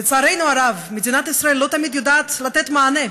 לצערנו הרב, מדינת ישראל לא תמיד יודעת לתת מענה